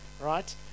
right